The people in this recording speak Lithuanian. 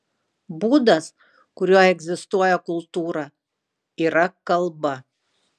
būdas kuriuo egzistuoja kultūra yra kalba